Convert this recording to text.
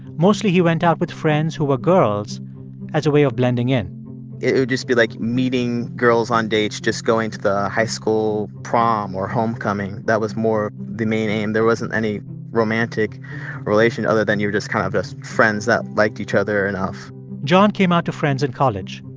mostly he went out with friends who were girls as a way of blending in it would just be, like, meeting girls on dates, just going to the high school prom or homecoming. that was more the main aim. there wasn't any romantic relation, other than you're just kind of just friends that liked each other enough john came out to friends in college.